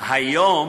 היום